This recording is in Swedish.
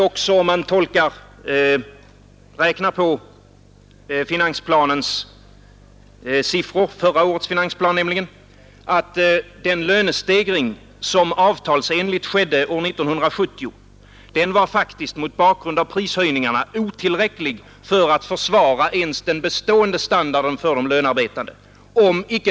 Om man räknar på förra årets siffror i finansplanen visar det sig också att den lönestegring som avtalsenligt skedde år 1970 mot bakgrunden av prishöjningarna faktiskt var otillräcklig för att försvara ens den bestående standarden för de lönearbetande.